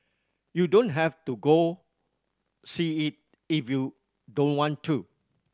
you don't have to go see it if you don't want to